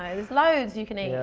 there's loads you can eat. yeah,